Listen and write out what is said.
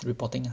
reporting